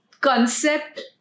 concept